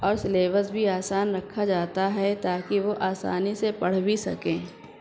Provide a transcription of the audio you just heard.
اور سلیبس بھی آسان رکھا جاتا ہے تاکہ وہ آسانی سے پڑھ بھی سکیں